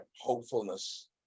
hopefulness